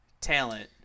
talent